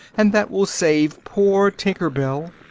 and that will save poor tinker bell.